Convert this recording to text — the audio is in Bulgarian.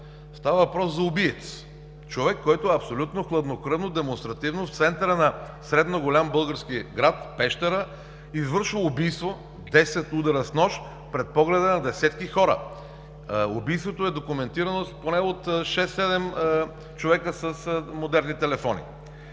Става въпрос за убиец – човек, който абсолютно хладнокръвно, демонстративно, в центъра на средно голям български град – Пещера, извършва убийство – 10 удара с нож пред погледа на десетки хора. Убийството е документирано поне от шест-седем човека с модерни телефони.